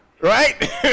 Right